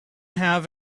have